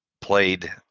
played